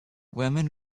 women